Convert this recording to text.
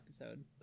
episode